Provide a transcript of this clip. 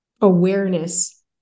awareness